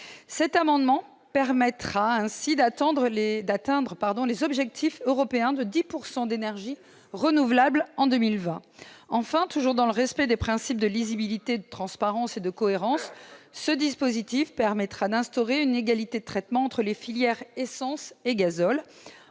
cet amendement permettrait ainsi d'atteindre les objectifs européens de 10 % d'énergies renouvelables en 2020. Enfin, dans le respect des principes de lisibilité, de transparence et de cohérence, le dispositif proposé permettrait d'instaurer une égalité de traitement entre les filières essence et gazole.